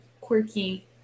quirky